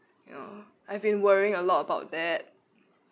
you know I've been worrying a lot about that